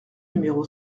numéro